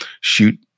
shoot